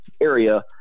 area